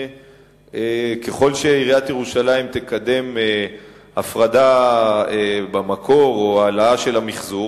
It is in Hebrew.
ככל שעיריית ירושלים תקדם הפרדה במקור או העלאה של המיחזור,